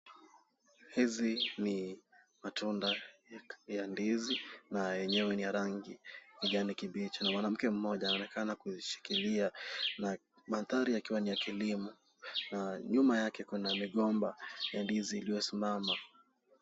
Hizi ni matunda ya ndizi na yenyewe ni ya rangi ya kijani kibichi na mwanamke mmoja anaonekana kushikilia na mandhari yakiwa ni ya kilimo na nyuma yake kuna migomba ya ndizi iliyosimama.